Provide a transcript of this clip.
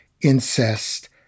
incest